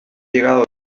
llegado